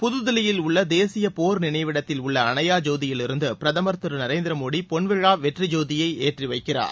புதுதில்லியில் உள்ள தேசிய போர் நினைவிடத்தில் உள்ள அணையா ஜோதியிலிருந்து பிரதமர் திரு நரேந்திர மோடி பொன்விழா வெற்றி ஜோதியை ஏற்றி வைக்கிறார்